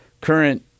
current